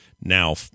now